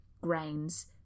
grains